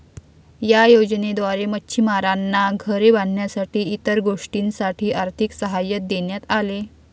या योजनेद्वारे मच्छिमारांना घरे बांधण्यासाठी इतर गोष्टींसाठी आर्थिक सहाय्य देण्यात आले